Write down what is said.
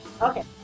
Okay